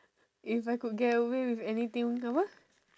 if I could get away with anything apa